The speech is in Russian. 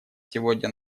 сегодня